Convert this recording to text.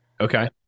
Okay